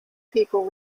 people